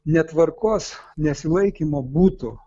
netvarkos nesilaikymo būtų